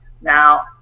now